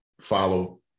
follow